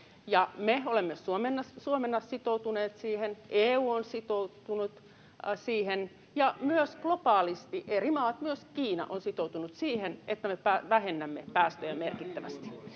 me olemme Suomena sitoutuneet siihen, EU on sitoutunut siihen, ja myös globaalisti eri maat, myös Kiina, ovat sitoutuneet siihen, että me vähennämme päästöjä merkittävästi.